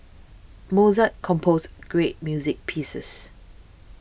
Mozart composed great music pieces